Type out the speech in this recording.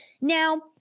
Now